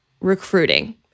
recruiting